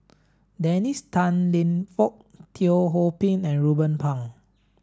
Dennis Tan Lip Fong Teo Ho Pin and Ruben Pang